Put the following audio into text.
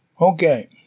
Okay